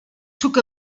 took